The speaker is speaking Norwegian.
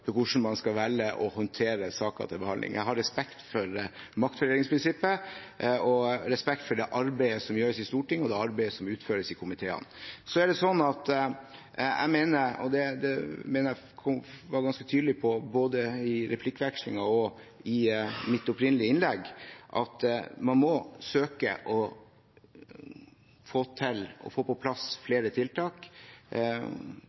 om hvordan man skal velge å håndtere saker til behandling. Jeg har respekt for maktfordelingsprinsippet – respekt for det arbeidet som gjøres i Stortinget, og for det arbeidet som utføres i komiteene. Jeg mener – og det mener jeg at jeg var ganske tydelig på, både i replikkvekslingen og i mitt opprinnelige innlegg – at man må søke å få til og få på plass